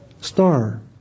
star